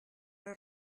una